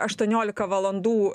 aštuoniolika valandų